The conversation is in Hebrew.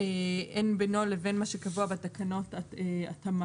אין בינו לבין מה שקבוע בתקנות התאמה.